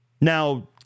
Now